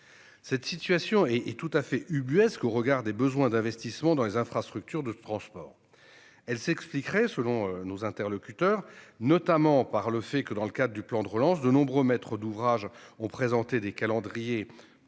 Cette situation est tout à fait ubuesque au regard des besoins d'investissements dans les infrastructures de transports. Elle s'expliquerait, selon nos interlocuteurs, notamment par le fait que, dans le cadre du plan de relance, de nombreux maîtres d'ouvrage ont présenté des calendriers